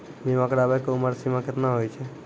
बीमा कराबै के उमर सीमा केतना होय छै?